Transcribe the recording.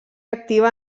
activa